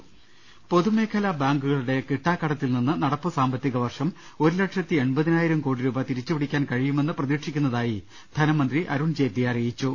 ്്്്്്് പൊതുമേഖലാ ബാങ്കുകളുടെ കിട്ടാക്കടത്തിൽ നിന്ന് നടപ്പു സാമ്പത്തിക വർഷം ഒരുലക്ഷത്തി എൺപതിനായിരം കോടി രൂപ തിരിച്ചുപിടിക്കാൻ കഴിയുമെന്ന് പ്രതീക്ഷിക്കുന്നതായി ധനമന്ത്രി അരുൺ ജെയ്റ്റ്ലി അറിയിച്ചു